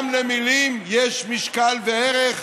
גם למילים יש משקל וערך,